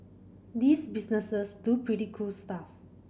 these businesses do pretty cool stuff